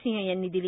सिंह यांनी दिली